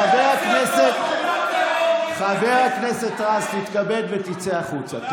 חבר הכנסת רז, תתכבד ותצא החוצה.